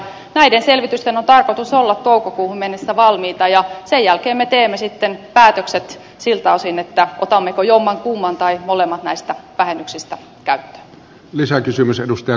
näiden selvitysten on tarkoitus olla toukokuuhun mennessä valmiita ja sen jälkeen me teemme sitten päätökset siltä osin otammeko jommankumman tai molemmat näistä vähennyksistä käyttöön